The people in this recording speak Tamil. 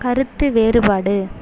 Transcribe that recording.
கருத்து வேறுபாடு